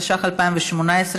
התשע"ח 2018,